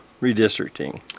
Redistricting